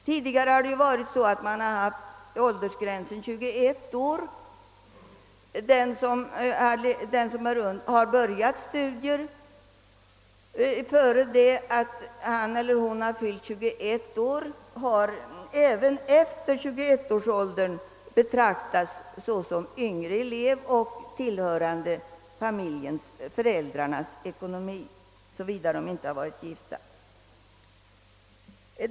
För närvarande gäller att den som har börjat sina studier före 21-årsåldern även därefter betraktas såsom yngre elev och såsom tillhörande föräldrarnas ekonomi såvida eleven inte har varit gift.